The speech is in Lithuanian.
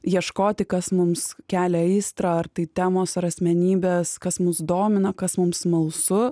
ieškoti kas mums kelia aistrą ar tai temos ar asmenybės kas mus domina kas mums smalsu